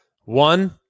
One